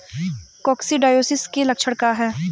Coccidiosis के लक्षण का ह?